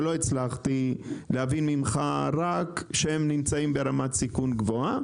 שהצלחתי להבין ממך רק את זה שהם נמצאים ברמת סיכון גבוהה.